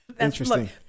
Interesting